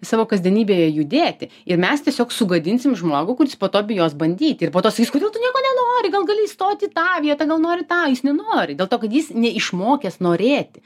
savo kasdienybėje judėti ir mes tiesiog sugadinsim žmogų kuris po to bijos bandyti ir po to sakys kodėl tu nieko nenori gal gali įstot į tą vietą gal nori tą jis nenori dėl to kad jis neišmokęs norėti